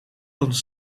ons